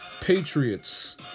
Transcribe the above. Patriots